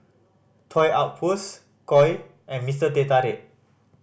Toy Outpost Koi and Mr Teh Tarik